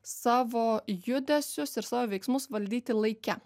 savo judesius ir savo veiksmus valdyti laike